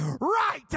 Right